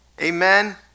Amen